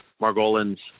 Margolin's